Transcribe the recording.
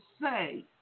say